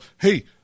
hey